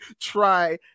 try